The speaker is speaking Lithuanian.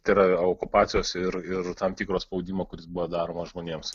tai yra okupacijos ir ir tam tikro spaudimo kuris buvo daromas žmonėms